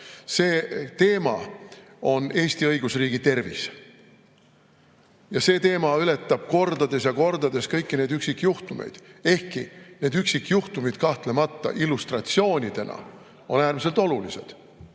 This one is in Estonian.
See teema on Eesti õigusriigi tervis. Ja see teema ületab kordades ja kordades kõiki neid üksikjuhtumeid, ehkki need üksikjuhtumid kahtlemata illustratsioonidena on äärmiselt olulised